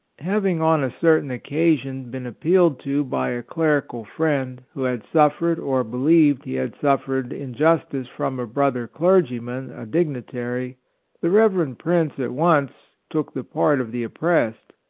having, on a certain occasion, been appealed to by a clerical friend, who had suffered or be lieved he had suffered injustice from a brother clergyman, a dig nitary the reverend prince at once took the part of the oppressed,